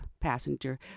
passenger